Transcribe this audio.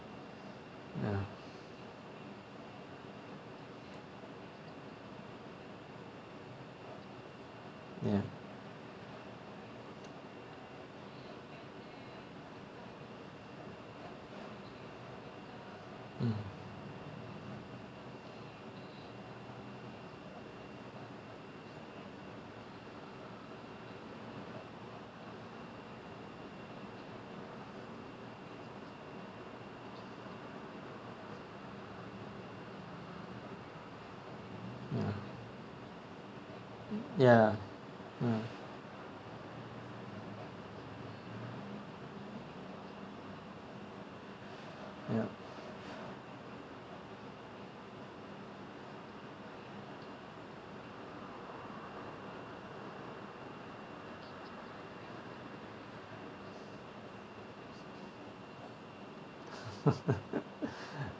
ya ya mm ya ya ya yup